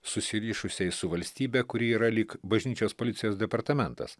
susirišusiai su valstybe kuri yra lyg bažnyčios policijos departamentas